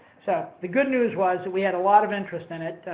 so, the good news was that we had a lot of interest in it,